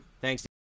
Thanks